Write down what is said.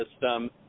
system